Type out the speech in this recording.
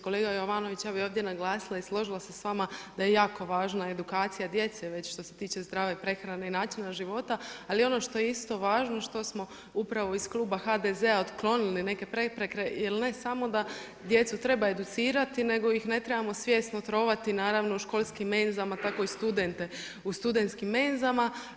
Kolega Jovanović ja bi ovdje naglasila i složila se sa vama da je jako važna edukacija djece, već sto se tiče zdrave prehrane i načina života, ali ono što je isto važno, što smo upravo iz Kluba HDZ-a otklonili neke prepreke, jer ne samo da djecu treba educirati, nego ih ne trebamo svjesno trovati, naravno u školskim menzama, tako i studente u studenskim menzama.